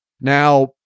Now